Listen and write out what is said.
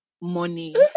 money